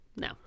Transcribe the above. No